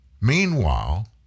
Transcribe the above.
Meanwhile